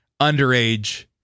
underage